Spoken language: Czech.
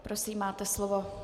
Prosím, máte slovo.